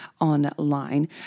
online